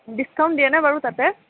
discount দিয়েনে বাৰু তাতে